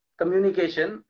communication